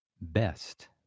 Best